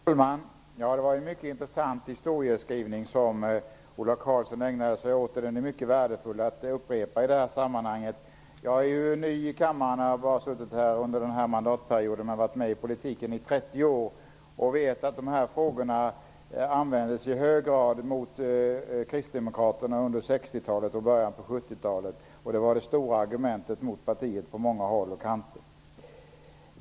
Herr talman! Det var en mycket intressant historieskrivning som Ola Karlsson ägnade sig åt. Den är mycket värdefull att upprepa i det här sammanhanget. Jag är ny i kammaren. Jag har bara suttit här under denna mandatperiod. Men jag har varit med i politiken i 30 år, och jag vet att dessa frågor användes i hög grad mot kristdemokraterna under 60-talet och början av 70-talet. Frågorna användes som det stora argumentet mot partiet på många håll och kanter.